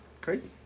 Crazy